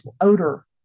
odor